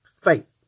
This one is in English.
faith